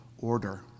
order